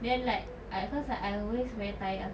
then like at first like I always very tired after